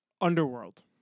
Underworld